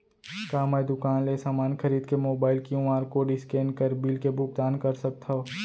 का मैं दुकान ले समान खरीद के मोबाइल क्यू.आर कोड स्कैन कर बिल के भुगतान कर सकथव?